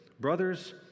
Brothers